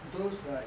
those like